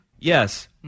Yes